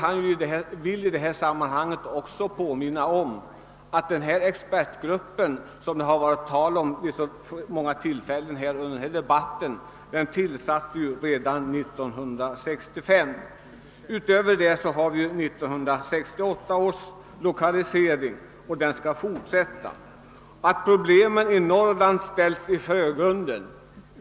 Jag vill i detta sammanhang påminna om att denna expertgrupp, som det varit så mycket tal om under debatten, tillsattes redan 1965. Därutöver har vi 1968 års lokaliseringsutredning, och denna skall fortsätta sitt arbete. Problemen i Norrland har ställts i förgrunden.